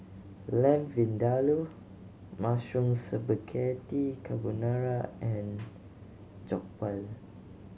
Lamb Vindaloo Mushroom Spaghetti Carbonara and Jokbal